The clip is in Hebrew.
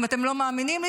אם אתם לא מאמינים לי,